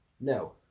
No